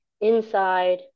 inside